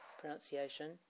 pronunciation